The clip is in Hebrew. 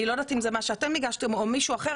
אני לא יודעת אם זה מה שאתם הגשתם או מישהו אחר,